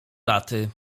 laty